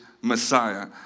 Messiah